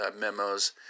memos